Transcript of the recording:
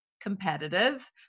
competitive